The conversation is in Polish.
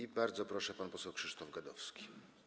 I bardzo proszę, pan poseł Krzysztof Gadowski.